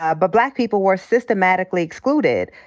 ah but black people were systematically excluded.